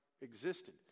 existed